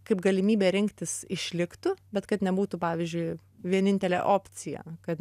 kaip galimybė rinktis išliktų bet kad nebūtų pavyzdžiui vienintelė opcija kad